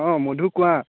অ' মধু কোৱা